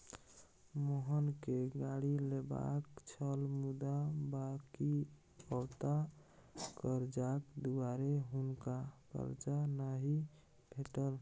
मोहनकेँ गाड़ी लेबाक छल मुदा बकिऔता करजाक दुआरे हुनका करजा नहि भेटल